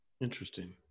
Interesting